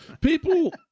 people